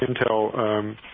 Intel